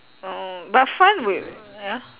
oh but fun with ya